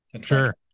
sure